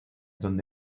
donde